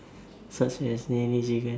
such as NeNe-chicken